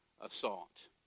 assault